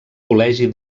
col·legi